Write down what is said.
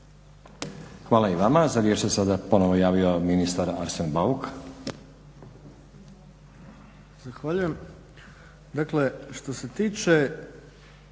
Hvala i vama. Za riječ se sada ponovno javio ministar Arsen Bauk.